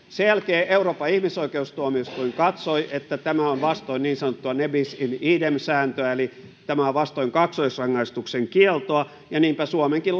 sen jälkeen euroopan ihmisoikeustuomioistuin katsoi että tämä on vastoin niin sanottua ne bis in idem sääntöä eli tämä on vastoin kaksoisrangaistuksen kieltoa ja niinpä suomenkin